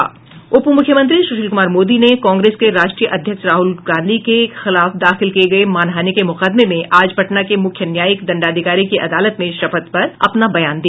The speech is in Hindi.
उप मुख्यमंत्री सुशील कुमार मोदी ने कांग्रेस के राष्ट्रीय अध्यक्ष राहल गांधी के खिलाफ दाखिल किये गये मानहानि के मुकदमे में आज पटना के मुख्य न्यायिक दंडाधिकारी की अदालत में शपथ पर अपना बयान दिया